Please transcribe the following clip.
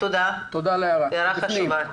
תודה, זו הערה חשובה.